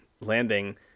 landing